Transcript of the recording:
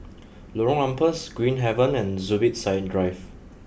Lorong Ampas Green Haven and Zubir Said Drive